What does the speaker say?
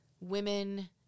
women